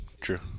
true